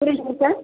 புரியலீங்க sir